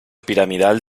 piramidal